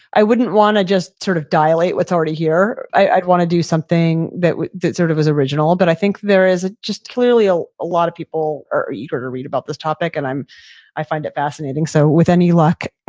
i wouldn't want to just sort of dilate with already here. i'd want to do something that that sort of was original but i think there is ah just clearly a lot of people are eager to read about this topic and i find it fascinating. so with any luck,